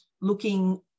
looking